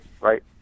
right